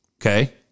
Okay